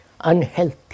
unhealthy